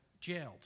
jailed